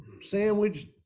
sandwich